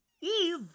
Eve